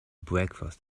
breakfast